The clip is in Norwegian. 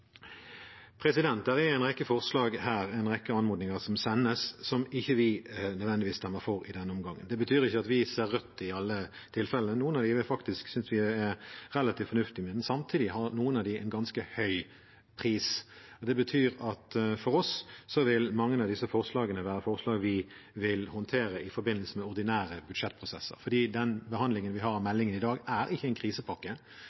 er en rekke forslag her, en rekke anmodninger som sendes, som vi ikke nødvendigvis stemmer for i denne omgangen. Det betyr ikke at vi ser rødt i alle tilfellene. Noen av dem synes vi faktisk er relativt fornuftige, men samtidig har noen av dem en ganske høy pris. Det betyr at for oss vil mange av disse forslagene være forslag vi vil håndtere i forbindelse med ordinære budsjettprosesser, for den behandlingen vi har av